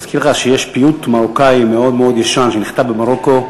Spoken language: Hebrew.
להזכיר לך שיש פיוט מרוקאי מאוד מאוד ישן שנכתב במרוקו: